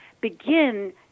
begin